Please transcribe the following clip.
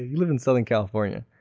live in southern california.